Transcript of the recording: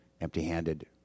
empty-handed